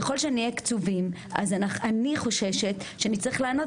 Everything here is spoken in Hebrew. ככל שנהיה קצובים אז אני חוששת שנצטרך לענות